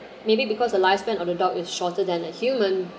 maybe because the lifespan of a dog is shorter than a human